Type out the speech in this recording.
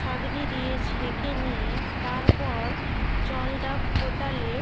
ছাঁকনি দিয়ে ছেঁকে নিয়ে তারপর জলটা ফোটালে